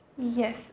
Yes